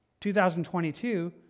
2022